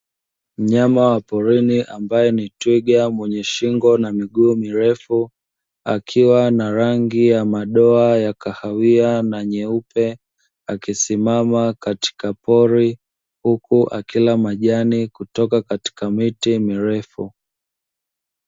Mnyama wa porini ambae ni twiga, mwenye shingo na miguu mirefu, akiwa na rangi ya madoa ya kahawia na nyeupe akisimama katika pori huku akila majani kutoka katika miti mirefu.